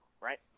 right